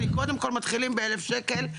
קודם כל מתחילים ב-1,000 שקל,